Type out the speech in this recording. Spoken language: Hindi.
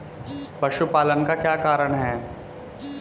पशुपालन का क्या कारण है?